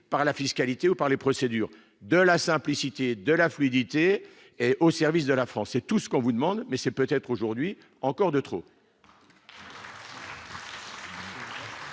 par la fiscalité ou par les procédures de la simplicité de la fluidité et au service de la France, et tout ce qu'on vous demande, mais c'est peut-être aujourd'hui encore de trop.